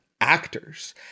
actors